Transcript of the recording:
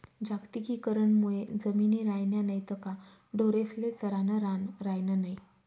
जागतिकीकरण मुये जमिनी रायन्या नैत का ढोरेस्ले चरानं रान रायनं नै